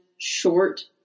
short